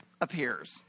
Appears